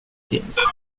finns